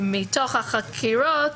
בכמה מהחקירות